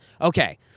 Okay